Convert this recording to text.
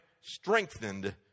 strengthened